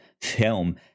film